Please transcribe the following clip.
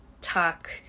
talk